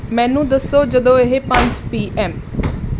ਮੈਨੂੰ ਦੱਸੋ ਜਦੋਂ ਇਹ ਪੰਜ ਪੀ ਐੱਮ